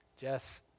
Jess